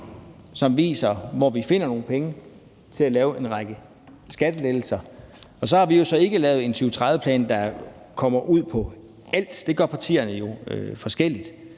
som anviser, hvor vi finder nogle penge til at lave en række skattelettelser. Så har vi ikke lavet en 2030-plan, der kommer rundt om alt – det gør partierne jo forskelligt.